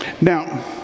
Now